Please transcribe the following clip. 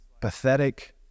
pathetic